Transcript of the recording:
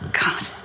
God